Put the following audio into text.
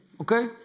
okay